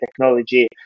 technology